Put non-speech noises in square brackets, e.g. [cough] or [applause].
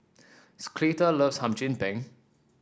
[unintelligible] loves Hum Chim Peng